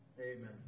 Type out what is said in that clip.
Amen